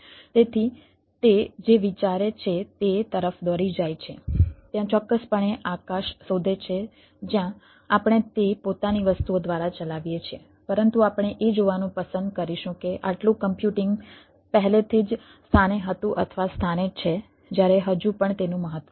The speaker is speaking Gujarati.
તેથી તે જે વિચારે છે તે તરફ દોરી જાય છે ત્યાં ચોક્કસપણે આકાશ શોધે છે જ્યાં આપણે તે પોતાની વસ્તુઓ દ્વારા ચલાવીએ છીએ પરંતુ આપણે એ જોવાનું પસંદ કરીશું કે આટલું કમ્પ્યુટિંગ પહેલેથી જ સ્થાને હતું અથવા સ્થાને છે જ્યારે હજુ પણ તેનું મહત્વ છે